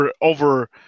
over